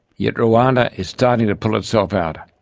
yet rwanda is starting to pull itself out.